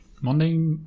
Monday